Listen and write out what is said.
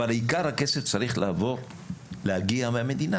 אבל עיקר הכסף צריך להגיע מהמדינה,